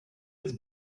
was